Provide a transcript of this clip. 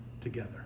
together